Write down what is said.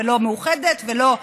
לא מאוחדת ולא אחרות.